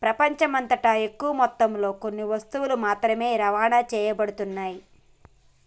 ప్రపంచమంతటా ఎక్కువ మొత్తంలో కొన్ని వస్తువులు మాత్రమే రవాణా చేయబడుతున్నాయి